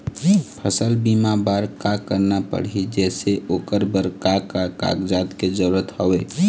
फसल बीमा बार का करना पड़ही जैसे ओकर बर का का कागजात के जरूरत हवे?